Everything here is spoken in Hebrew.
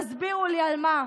תסבירו לי על מה.